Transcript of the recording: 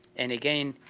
and again,